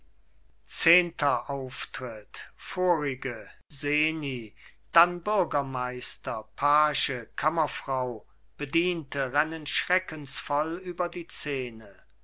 zehnter auftritt vorige seni dann bürgermeister page kammerfrau bediente rennen schreckensvoll über die szene